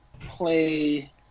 play